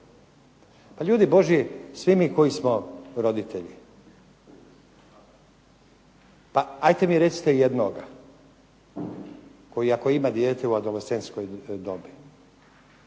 Ljudi svi mi koji smo roditelji pa recite mi jednoga koji ako ima dijete u adolescentskoj dobi